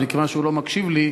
אבל מכיוון שהוא לא מקשיב לי,